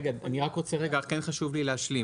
רגע, רק חשוב לי להשלים.